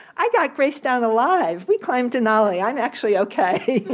i got grace down alive. we climbed denali. i'm actually ok.